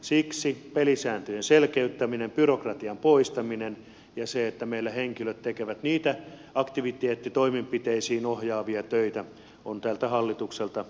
siksi pelisääntöjen selkeyttäminen byrokratian poistaminen ja se että meillä henkilöt tekevät niitä aktiviteettitoimenpiteisiin ohjaavia töitä on tältä hallitukselta oikea suunta